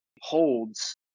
holds